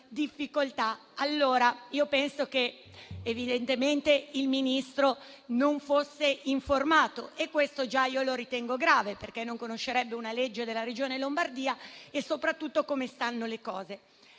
difficoltà. Penso che evidentemente il Ministro non fosse informato e questo già lo ritengo grave, perché in tal caso non conoscerebbe una legge della Regione Lombardia e soprattutto come stanno le cose.